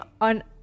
on